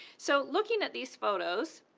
so looking at these photos,